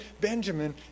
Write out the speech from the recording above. Benjamin